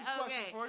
okay